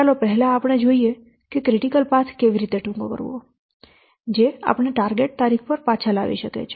ચાલો પહેલા આપણે જોઈએ કે ક્રિટિકલ પાથ કેવી રીતે ટૂંકો કરવો જે આપણને ટાર્ગેટ તારીખ પર પાછા લાવી શકે છે